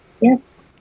Yes